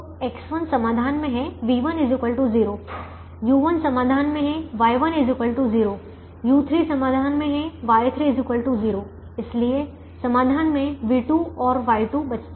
तो X1 समाधान में है v1 0 u1 समाधान में है Y1 0 u3 समाधान में है Y3 0 इसलिए समाधान में v2 और Y2 बचता है